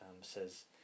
says